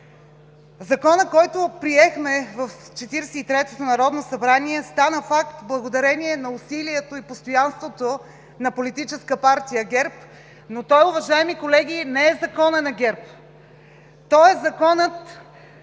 Законът, който приехме в Четиридесет и третото народно събрание, стана факт, благодарение на усилието и постоянството на Политическа партия ГЕРБ, но той, уважаеми колеги, не е Законът на ГЕРБ. Той е за Законът,